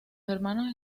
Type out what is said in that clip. hermanos